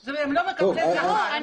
הם לא מקבלים שכר.